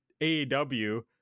AEW